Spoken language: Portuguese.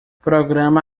programa